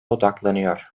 odaklanıyor